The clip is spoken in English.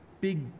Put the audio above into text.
big